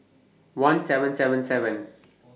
one seven seven seven